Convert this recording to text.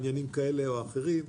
עניינים כאלה או אחרים,